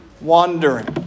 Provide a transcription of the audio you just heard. wandering